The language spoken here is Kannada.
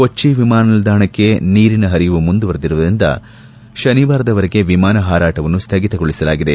ಕೊಚ್ಚಿ ವಿಮಾನ ನಿಲ್ದಾಣಕ್ಕೆ ನೀರಿನ ಹರಿವು ಮುಂದುವರದಿರುವ ಹಿನ್ನೆಲೆಯಲ್ಲಿ ಶನಿವಾರದವರೆಗೆ ವಿಮಾನ ಹಾರಾಟವನ್ನು ಸ್ಥಗಿತಗೊಳಿಸಲಾಗಿದೆ